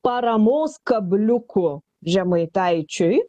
paramos kabliukų žemaitaičiui